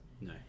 No